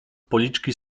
policzki